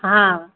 हाँ